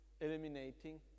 eliminating